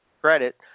credit